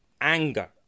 anger